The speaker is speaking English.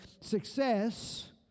success